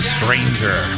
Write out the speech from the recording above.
Stranger